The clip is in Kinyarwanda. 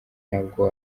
ntabwo